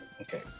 Okay